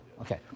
Okay